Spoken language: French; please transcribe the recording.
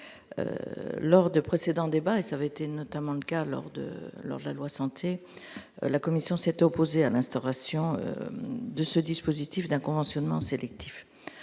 lors de précédents débats et avait été notamment le cas lors de l'ordonnance Santé, la commission s'est opposée à l'instauration de ce dispositif d'un conventionnement sélectif